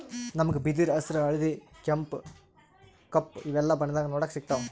ನಮ್ಗ್ ಬಿದಿರ್ ಹಸ್ರ್ ಹಳ್ದಿ ಕಪ್ ಕೆಂಪ್ ಇವೆಲ್ಲಾ ಬಣ್ಣದಾಗ್ ನೋಡಕ್ ಸಿಗ್ತಾವ್